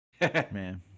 man